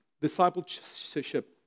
discipleship